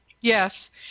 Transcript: Yes